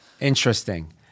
Interesting